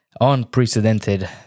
unprecedented